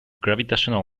gravitational